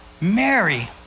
Mary